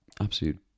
absolute